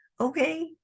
okay